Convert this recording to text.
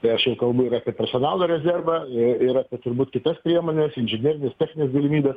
tai aš jau kalbu ir apie personalo rezervą ir ir apie turbūt kitas priemones inžinerines technines galimybes